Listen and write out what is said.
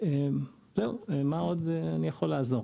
זהו, מה עוד אני יכול לעזור?